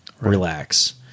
relax